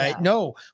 No